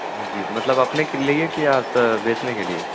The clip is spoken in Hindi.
जी मतलब अपने के लिए कि या सर बेचने के लिए